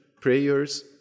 prayers